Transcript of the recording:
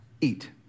Eat